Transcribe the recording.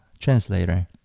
translator